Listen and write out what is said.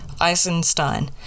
Eisenstein